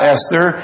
Esther